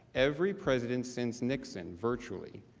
every president since nixon, virtually,